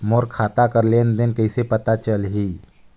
मोर खाता कर लेन देन कइसे पता चलही?